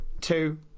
two